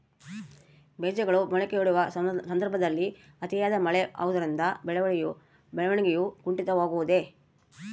ಬೇಜಗಳು ಮೊಳಕೆಯೊಡೆಯುವ ಸಂದರ್ಭದಲ್ಲಿ ಅತಿಯಾದ ಮಳೆ ಆಗುವುದರಿಂದ ಬೆಳವಣಿಗೆಯು ಕುಂಠಿತವಾಗುವುದೆ?